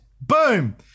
Boom